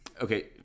Okay